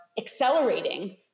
accelerating